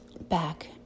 back